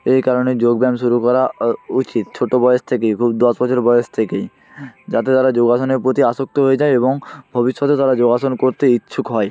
এই কারণে যোগব্য়ায়াম শুরু করা উচিত ছোটো বয়স থেকেই খুব দশ বছর বয়স থেকেই যাতে তারা যোগাসনের প্রতি আসক্ত হয়ে যায় এবং ভবিষ্যতে তারা যোগাসন করতে ইচ্ছুক হয়